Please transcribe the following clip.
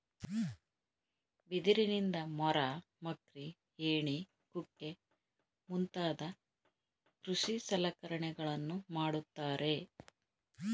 ಬಿದಿರಿನಿಂದ ಮೊರ, ಮಕ್ರಿ, ಏಣಿ ಕುಕ್ಕೆ ಮುಂತಾದ ಕೃಷಿ ಸಲಕರಣೆಗಳನ್ನು ಮಾಡುತ್ತಾರೆ